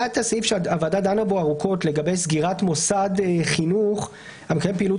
היה את הסעיף שהוועדה דנה בו ארוכות לגבי סגירת מוסד חינוך המקיים פעילות